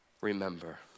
Remember